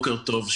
בוקר טוב,